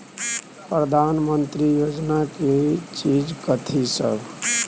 प्रधानमंत्री योजना की चीज कथि सब?